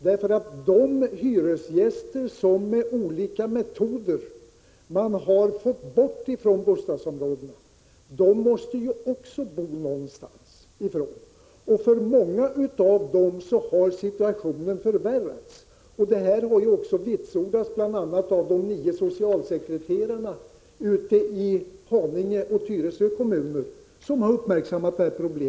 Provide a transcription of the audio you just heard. Också de hyresgäster som man med olika metoder har fått bort från bostadsområdena måste ju bo någonstans, och för många av dem har situationen förvärrats. Detta problem har uppmärksammats bl.a. av de nio socialsekreterarna i Haninge och Tyresö kommuner.